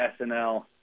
SNL